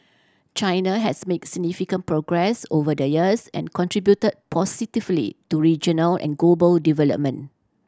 China has make significant progress over the years and contribute positively to regional and global development